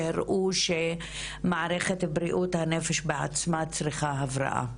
שהראו שמערכת בריאות הנפש בעצמה צריכה הבראה,